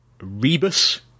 Rebus